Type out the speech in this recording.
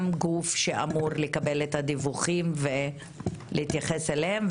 גם גוף שאמור לקבל את הדיווחים ולהתייחס אליהם.